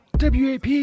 WAP